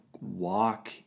walk